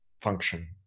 function